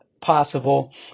possible